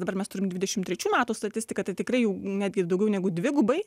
dabar mes turim dvidešim trečių metų statistiką tai tikrai jau netgi daugiau negu dvigubai